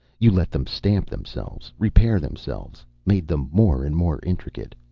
you let them stamp themselves, repair themselves. made them more and more intricate.